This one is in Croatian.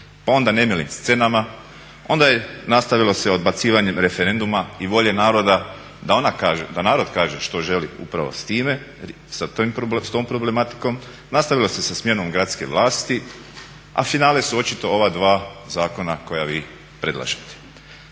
pa onda nemilim scenama, onda se nastavilo odbacivanjem referenduma i volje naroda da narod kaže što želi upravo s tom problematikom, nastavilo sa smjenom gradske vlasti, a finale su očito ova dva zakona koja vi predlažete.